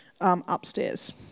upstairs